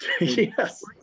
Yes